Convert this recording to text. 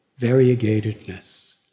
variegatedness